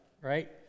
right